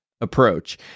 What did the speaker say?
approach